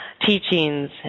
Teachings